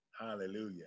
hallelujah